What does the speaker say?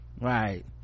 right